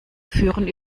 führen